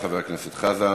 תודה, חבר הכנסת חזן.